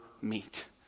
meet